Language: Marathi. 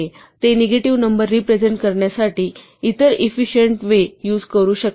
आणि ते निगेटिव्ह नंबर रेप्रेझेन्ट करण्यासाठी इतर इफिसिएंट वे युझ करू शकतात